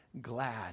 glad